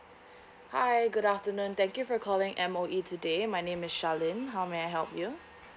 hi good afternoon thank you for calling M_O_E today my name is charlene how may I help you